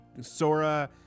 Sora